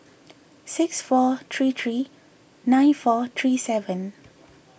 six four three three nine four three seven